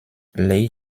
lay